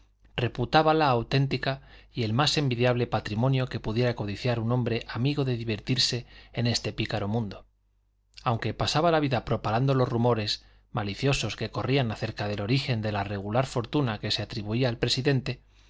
conquistador reputábala auténtica y el más envidiable patrimonio que pudiera codiciar un hombre amigo de divertirse en este pícaro mundo aunque pasaba la vida propalando los rumores maliciosos que corrían acerca del origen de la regular fortuna que se atribuía al presidente